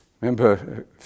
remember